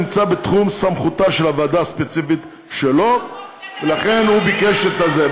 נמצאת בתחום סמכותה של הוועדה הספציפית שלו ולכן הוא ביקש את זה.